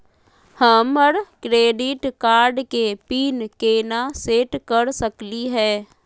हमर credit card के pin केना सेट कर सकली हे?